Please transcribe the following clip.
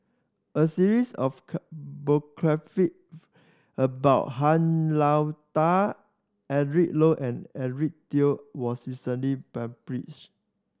a series of about Han Lao Da Eric Low and Eric Teo was recently published